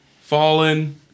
fallen